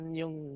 yung